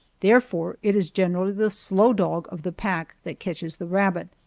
therefore it is generally the slow dog of the pack that catches the rabbit.